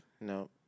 No